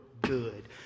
good